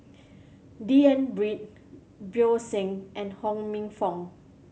D N Pritt Bjorn Shen and Ho Minfong